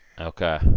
Okay